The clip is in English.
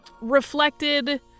reflected